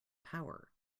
power